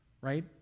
Right